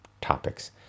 topics